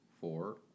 four